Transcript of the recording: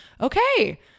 okay